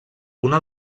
una